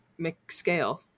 McScale